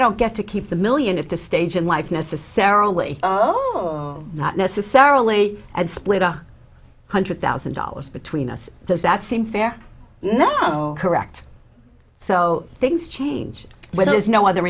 don't get to keep the million at the stage in life necessarily oh no not necessarily and split a hundred thousand dollars between us does that seem fair no correct so things change when there's no other